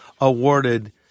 awarded